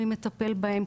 מי מטפל בהן,